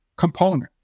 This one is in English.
component